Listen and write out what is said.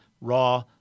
raw